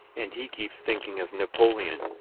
and he keeps thinking of napoleon.